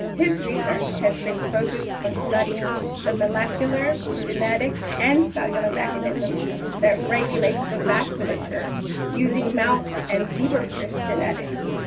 his research has been focused on studying the molecular, genetic, and cellular mechanisms that regulate the vasculature using mouse and zebrafish genetics,